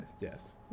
Yes